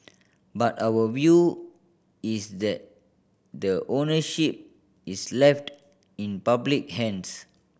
but our view is that the ownership is left in public hands